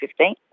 2015